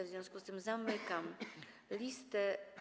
W związku z tym zamykam listę.